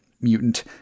mutant